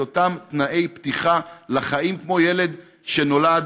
את אותם תנאי פתיחה לחיים כמו ילד שנולד